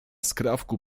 skrawku